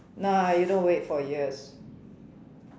nah you don't wait for years